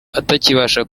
atakibasha